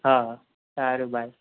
હા સારું બાય